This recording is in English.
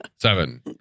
seven